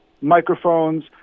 Microphones